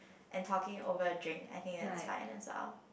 and talking over a drink I think it's fine as well